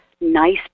nice